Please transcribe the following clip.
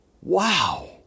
Wow